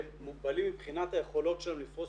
הם מוגבלים מבחינת היכולות שלהם לפרוס